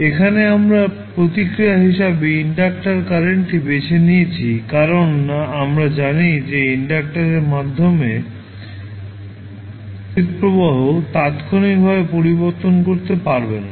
এখানে আমরা প্রতিক্রিয়া হিসাবে ইন্ডাক্টর কারেন্টটি বেছে নিয়েছি কারণ আমরা জানি যে ইন্ডাক্টরের মাধ্যমে তড়িৎ প্রবাহ তাত্ক্ষণিকভাবে পরিবর্তন করতে পারে না